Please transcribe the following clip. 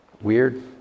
weird